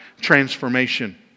transformation